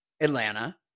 Atlanta